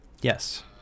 yes